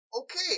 Okay